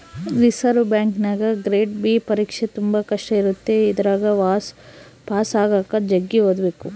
reserve ಬ್ಯಾಂಕಿನಗ grade B ಪರೀಕ್ಷೆ ತುಂಬಾ ಕಷ್ಟ ಇರುತ್ತೆ ಇದರಗ ಪಾಸು ಆಗಕ ಜಗ್ಗಿ ಓದಬೇಕು